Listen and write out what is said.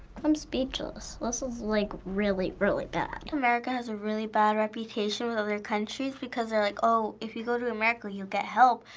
i'm speechless. this is like really, really bad. america has a really bad reputation with other countries because they're like, oh, if you go to america, you'll get help,